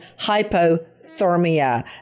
hypothermia